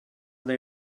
they